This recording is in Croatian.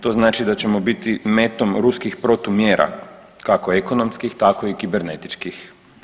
To znači da ćemo biti metom ruskih protumjera, kako ekonomskih tako i kibernetičkih.